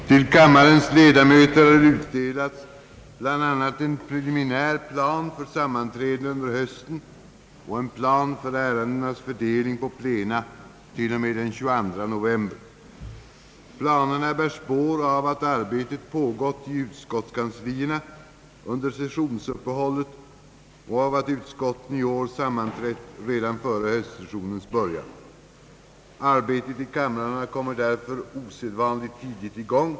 Jag ber att få hälsa kammarens ledamöter välkomna till höstens arbete och hoppas att den gångna sommaren, som ju har bjudit på ett ovanligt härligt väder, har gjort att kammarens ledamöter med stärkta krafter kan ta itu med höstens utan varje tvivel ganska prövande arbete. Med dessa ord ber jag att få förklara höstsessionen öppnad. Till kammarens ledamöter har utdelats bl.a. en preliminär plan för sammanträden under hösten och en plan för ärendenas fördelning på plena t.o.m. den 22 november. Planerna bär spår av att arbete pågått i utskottskanslierna under sessionsuppehållet och av att utskotten i år sammanträtt redan före höstsessionens början. Arbetet i kamrarna kommer därför osedvanligt tidigt i gång.